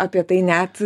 apie tai net